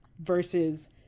versus